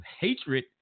hatred